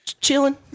Chilling